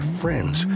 friends